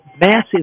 Massive